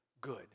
good